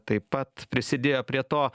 taip pat prisidėjo prie to